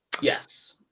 Yes